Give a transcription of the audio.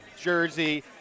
jersey